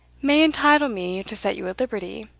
may entitle me to set you at liberty.